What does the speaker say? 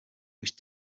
which